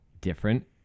different